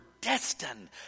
destined